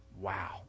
wow